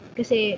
kasi